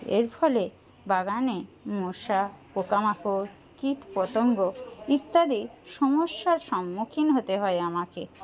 এর ফলে বাগানে মশা পোকামাকড় কীটপতঙ্গ ইত্যাদি সমস্যার সম্মুখীন হতে হয় আমাকে